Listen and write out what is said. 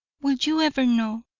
will you ever know,